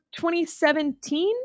2017